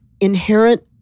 inherent